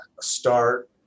start